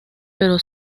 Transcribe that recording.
pero